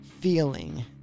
feeling